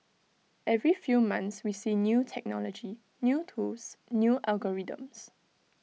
every few months we see new technology new tools new algorithms